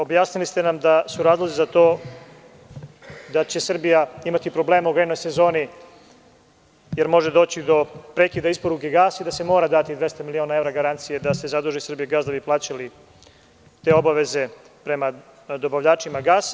Objasnili ste nam da su razlozi za to da će Srbija imati problema u grejnoj sezoni, jer može doći do prekida isporuke gasa i da se mora dati 200 miliona evra garancije da se zaduži „Srbijagas“ kako bi plaćali te obaveze prema dobavljačima gasa.